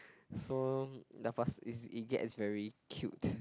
so it it gets very cute